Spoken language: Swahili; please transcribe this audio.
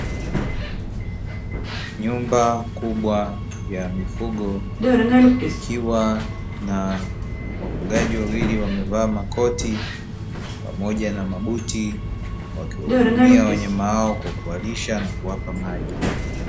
Nyumba kubwa ya mifugo ikiwa na wafugaji wawili wamevaa makoti pamoja na mabuti, wakiwahudumia wanyama hao kwa kuwalisha na kuwapa maji.